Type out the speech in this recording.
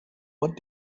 what